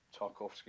Tarkovsky